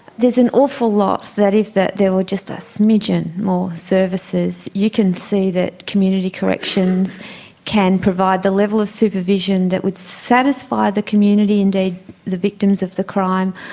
there's an awful lot that if there were just a smidgen more services you can see that community corrections can provide the level of supervision that would satisfy the community, indeed the victims of the crime,